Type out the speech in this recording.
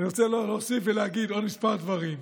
אני רוצה להוסיף ולהגיד עוד כמה דברים.